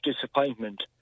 disappointment